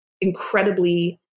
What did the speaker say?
incredibly